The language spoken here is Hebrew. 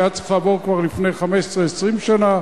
שהיה צריך לעבור כבר לפני 20-15 שנה,